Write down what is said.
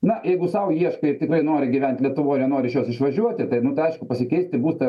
na jeigu sau ieško ir tikrai nori gyvent lietuvoj nenori iš jos išvažiuoti tai nu tai aišku pasikeisti būstą